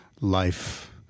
life